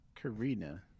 Karina